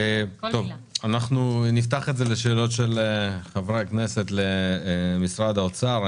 אנחנו נפתח לשאלות של חברי הכנסת למשרד האוצר.